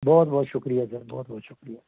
ਬਹੁਤ ਬਹੁਤ ਸ਼ੁਕਰੀਆ ਸਰ ਬਹੁਤ ਬਹੁਤ ਸ਼ੁਕਰੀਆ